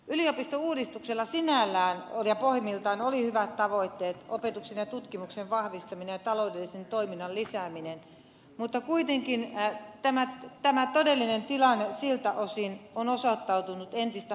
yliopistouudistuksella sinällään ja pohjimmiltaan oli hyvät tavoitteet opetuksen ja tutkimuksen vahvistaminen ja taloudellisen toiminnan lisääminen mutta kuitenkin tämä todellinen tilanne siltä osin on osoittautunut entistä haastavammaksi